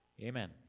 amen